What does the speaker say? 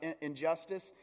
injustice